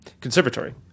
conservatory